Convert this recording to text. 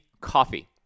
coffee